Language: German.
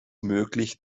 möglich